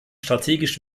strategisch